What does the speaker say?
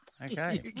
Okay